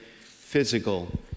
physical